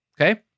Okay